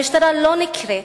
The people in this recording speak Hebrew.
המשטרה לא נקראת,